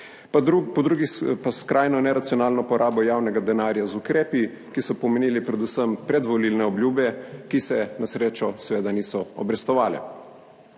po drugi pa s skrajno neracionalno porabo javnega denarja z ukrepi, ki so pomenili predvsem predvolilne obljube, ki se na srečo seveda niso obrestovale.